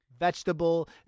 Vegetable